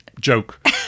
joke